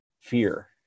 fear